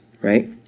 right